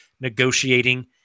negotiating